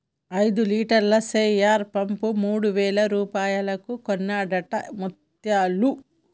ఐదు లీటర్ల sprayer pump మూడు వేల రూపాయలకు కొన్నడట ముత్యాలు